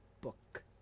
book